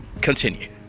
Continue